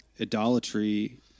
Idolatry